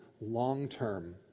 long-term